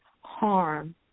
harm